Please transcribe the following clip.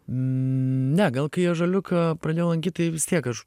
ne gal kai ąžuoliuką pradėjau lankyt tai vis tiek aš